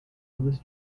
this